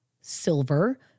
silver